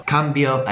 Cambio